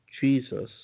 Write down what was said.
Jesus